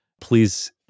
Please